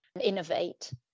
innovate